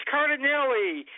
Cardinelli